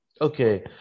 okay